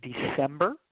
December –